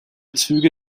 züge